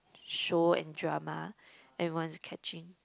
show and drama everyone's catching